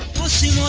will see